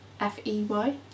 F-E-Y